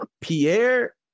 Pierre